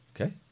Okay